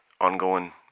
ongoing